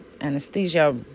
anesthesia